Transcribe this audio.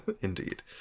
indeed